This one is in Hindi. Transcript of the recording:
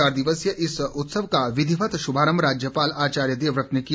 चार दिवसीय इस उत्सव का विधिवत शुभारम्भ राज्यपाल आचार्य देवव्रत ने किया